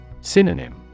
Synonym